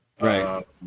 right